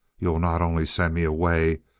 you'll not only send me away,